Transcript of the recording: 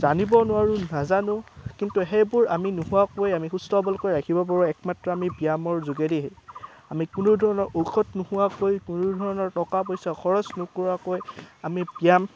জানিব নোৱাৰোঁ নাজানো কিন্তু সেইবোৰ আমি নোহোৱাকৈ আমি সুস্থ সবলকৈ ৰাখিব পাৰোঁ একমাত্ৰ আমি ব্যায়ামৰ যোগেদিহে আমি কোনো ধৰণৰ ঔষধ নোখোৱাকৈ কোনো ধৰণৰ টকা পইচা খৰচ নকৰাকৈ আমি ব্যায়াম